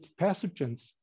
pathogens